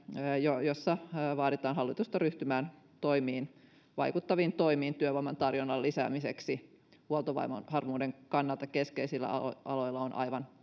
jossa vaaditaan hallitusta ryhtymään toimiin vaikuttaviin toimiin työvoiman tarjonnan lisäämiseksi huoltovarmuuden kannalta keskeisillä aloilla on aivan